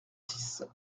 six